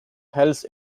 hells